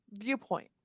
viewpoint